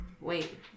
Wait